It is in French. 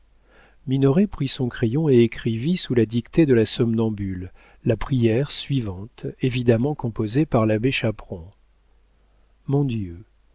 minoret prit son crayon et écrivit sous la dictée de la somnambule la prière suivante évidemment composée par l'abbé chaperon mon dieu